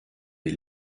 des